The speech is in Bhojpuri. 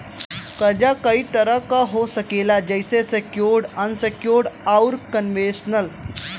कर्जा कई तरह क हो सकेला जइसे सेक्योर्ड, अनसेक्योर्ड, आउर कन्वेशनल